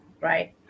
right